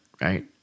right